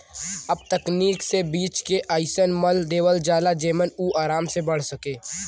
अब तकनीक से बीज के अइसन मल देवल जाला जेमन उ आराम से बढ़ सके